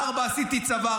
4. עשיתי צבא,